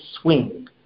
swing